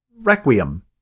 Requiem